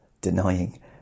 denying